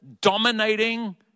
dominating